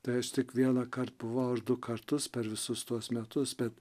tai aš tik vienąkart buvau ar du kartus per visus tuos metus bet